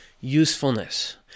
usefulness